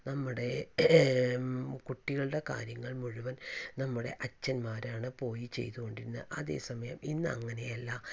നമ്മുടെ കുട്ടികളുടെ കാര്യങ്ങൾ മുഴുവൻ നമ്മുടെ അച്ഛന്മാരാണ് പോയി ചെയ്തോണ്ടിരുന്നത് അതേസമയം ഇന്നങ്ങനെ അല്ല